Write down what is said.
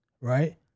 right